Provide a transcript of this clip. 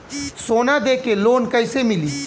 सोना दे के लोन कैसे मिली?